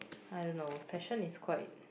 I don't know passion is quite